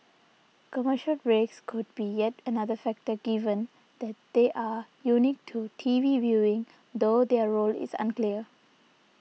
commercial breaks could be yet another factor given that they are unique to T V viewing though their role is unclear